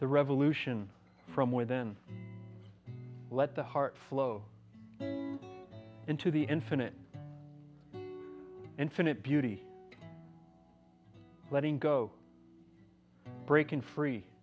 the revolution from where then let the heart flow into the infinite infinite beauty letting go breaking free